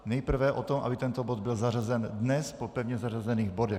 Nejprve o tom, aby tento bod byl zařazen dnes po pevně zařazených bodech.